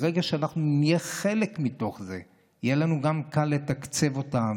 ברגע שאנחנו נהיה חלק מתוך זה יהיה לנו קל לתקצב אותם,